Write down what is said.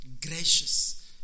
gracious